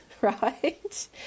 right